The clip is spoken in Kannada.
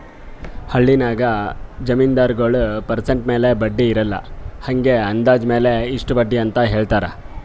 ಹಳ್ಳಿನಾಗ್ ಜಮೀನ್ದಾರಗೊಳ್ ಪರ್ಸೆಂಟ್ ಮ್ಯಾಲ ಬಡ್ಡಿ ಇರಲ್ಲಾ ಹಂಗೆ ಅಂದಾಜ್ ಮ್ಯಾಲ ಇಷ್ಟ ಬಡ್ಡಿ ಅಂತ್ ಹೇಳ್ತಾರ್